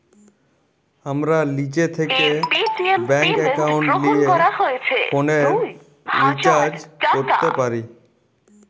আমরা লিজে থ্যাকে ব্যাংক একাউলটে লিয়ে ফোলের রিচাজ ক্যরতে পারি